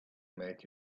make